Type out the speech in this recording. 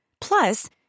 Plus